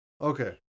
Okay